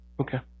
Okay